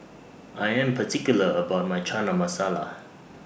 I Am particular about My Chana Masala